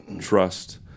trust